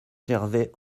gervais